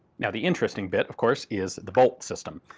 now the interesting bit, of course, is the bolt system.